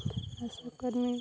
ଆଶାକର୍ମୀ